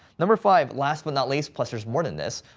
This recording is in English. number five, last but not least, plus there's more than this.